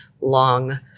long